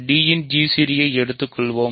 b இன் gcd ஐ எடுத்துக் கொள்வோம்